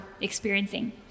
experiencing